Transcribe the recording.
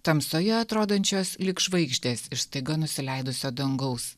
tamsoje atrodančios lyg žvaigždės iš staiga nusileidusio dangaus